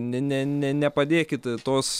ne ne ne nepadėkit tos